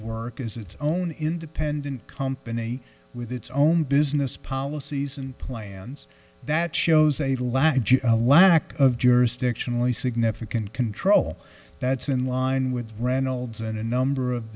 work as its own independent company with its own business policies and plans that shows a lack of a lack of jurisdictionally significant control that's in line with reynolds and a number of